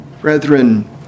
Brethren